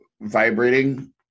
vibrating